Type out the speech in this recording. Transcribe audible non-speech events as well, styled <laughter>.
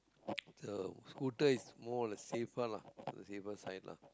<noise> so scooter is more on the safer lah on the safer side lah